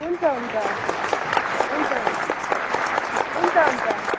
हुन्छ हुन्छ हुन्छ हुन् हुन्छ हुन्छ